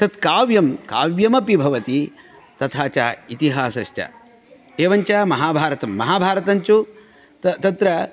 तत् काव्यं काव्यमपि भवति तथा च इतिहासश्च एवञ्च महाभारतं महाभारतञ्च तत्र